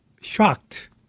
shocked